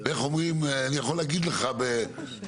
ואני יכול להגיד לך בהערכה,